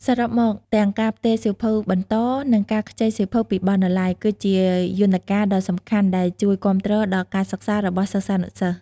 សរុបមក ទាំងការផ្ទេរសៀវភៅបន្ត និងការខ្ចីសៀវភៅពីបណ្ណាល័យសាលា គឺជាយន្តការដ៏សំខាន់ដែលជួយគាំទ្រដល់ការសិក្សារបស់សិស្សានុសិស្ស។